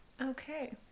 Okay